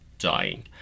dying